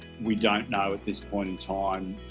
we don't know at this point in time